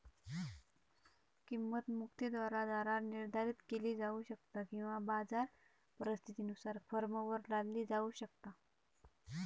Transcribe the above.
किंमत मक्तेदाराद्वारा निर्धारित केली जाऊ शकता किंवा बाजार परिस्थितीनुसार फर्मवर लादली जाऊ शकता